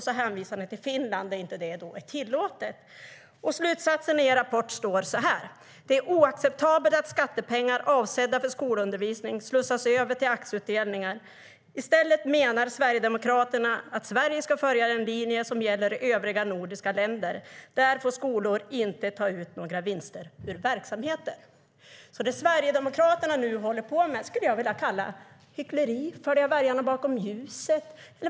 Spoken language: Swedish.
Ni hänvisar sedan till Finland, där det inte är tillåtet. I slutsatsen i er rapport står det: Det är oacceptabelt att skattepengar avsedda för skolundervisning slussas över till aktieutdelningar. I stället menar vi att Sverige bör följa den linje som gäller i övriga Norden, där friskolor inte får ta ut några vinster ur verksamheten. Det Sverigedemokraterna nu håller på med skulle jag vilja kalla för hyckleri eller att föra väljarna bakom ljuset.